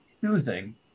choosing